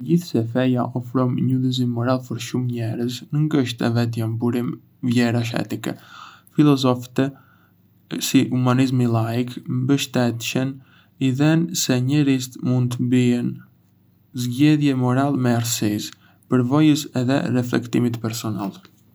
Megjithëse feja ofron një udhëzim moral për shumë njerëz, ngë është e vetmja burim vlerash etike. Filozofitë si humanizmi laik mbështesin idenë se njerëzit mund të bëjnë zgjedhje morale me arsyes, përvojës edhe reflektimit personal.